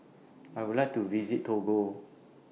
I Would like to visit Togo